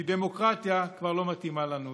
כי דמוקרטיה כבר לא מתאימה לנו.